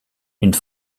une